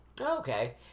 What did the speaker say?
okay